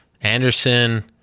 Anderson